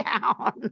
down